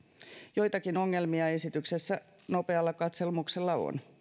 joitakin ongelmia esityksessä nopealla katselmuksella on